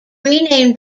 renamed